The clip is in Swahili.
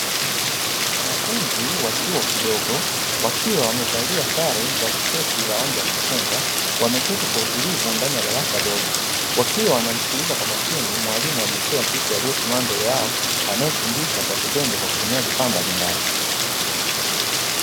Wanafunzi wa chuo kidogo wakiwa wamevalia sare za tisheti za rangi ya machungwa, wameketi kwa utulivu ndani ya darasa dogo wakiwa wanamsikiliza kwa makini mwalimu wa jinsia ya kike aliyesimama mbele yao, anayefundisha kwa vitendo kwa kutumia vifaa mbalimbali.